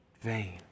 vain